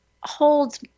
holds